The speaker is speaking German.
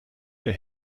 der